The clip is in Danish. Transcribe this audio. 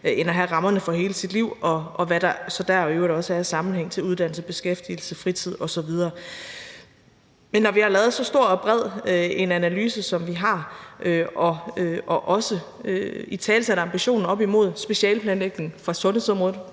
end at have sat rammerne for hele sit liv, og hvad der så dér i øvrigt også er af sammenhæng til uddannelse, beskæftigelse, fritid osv. Men når vi har lavet så stor og bred en analyse, som vi har, og også italesat ambitionen op imod specialeplanlægningen fra sundhedsområdet